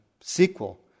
sequel